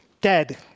dead